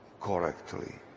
correctly